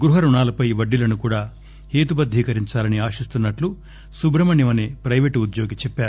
గృహ రుణాలపై వడ్డీలను కూడా హేతుబద్దీకరించాలని ఆశిస్తున్నట్లు సుబ్రమణ్యం అనే ప్రెవేటు ఉద్యోగి చెప్పారు